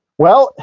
well,